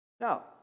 Now